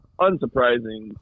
unsurprising